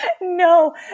No